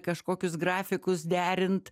kažkokius grafikus derint